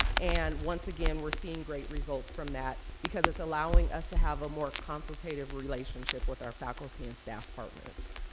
and once again, we're seeing great results from that, because it's allowing us to have a more consultative relationship with our faculty and staff partners.